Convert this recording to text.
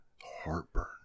heartburn